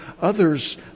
others